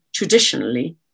traditionally